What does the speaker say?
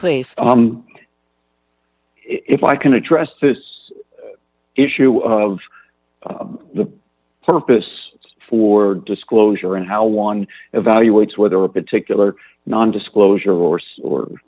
place if i can address this issue of the purpose for disclosure and how one evaluates whether a particular non disclosure orse or